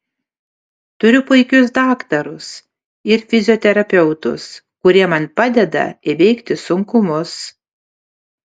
turiu puikius daktarus ir fizioterapeutus kurie man padeda įveikti sunkumus